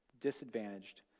disadvantaged